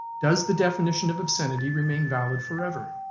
does the definition of obscenity remain valid forever?